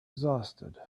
exhausted